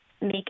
make